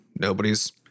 nobody's